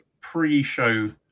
pre-show